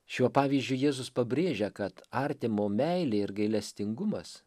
šiuo pavyzdžiu jėzus pabrėžia kad artimo meilė ir gailestingumas